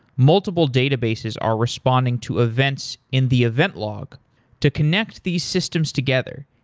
multiple databases are responding to events in the event log to connect these systems together.